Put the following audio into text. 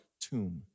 tomb